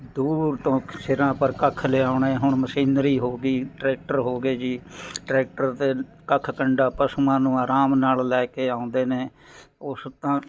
ਦੂਰ ਤੋਂ ਸਿਰਾਂ ਪਰ ਕੱਖ ਲਿਆਉਣੇ ਹੁਣ ਮਸ਼ੀਨਰੀ ਹੋ ਗਈ ਟਰੈਕਟਰ ਹੋ ਗਏ ਜੀ ਟਰੈਕਟਰ 'ਤੇ ਕੱਖ ਕੰਡਾ ਪਸ਼ੂਆਂ ਨੂੰ ਆਰਾਮ ਨਾਲ਼ ਲੈ ਕੇ ਆਉਂਦੇ ਨੇ ਉਸ ਤਾਂ